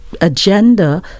agenda